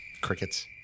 Crickets